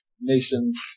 nations